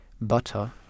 butter